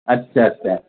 अच्छा अच्छा